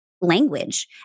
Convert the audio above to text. language